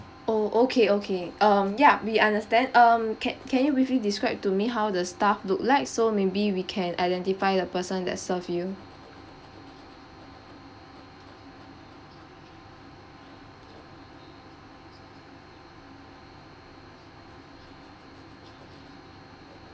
oh okay okay um ya we understand um can can you briefly describe to me how the staff look like so maybe we can identify the person that served you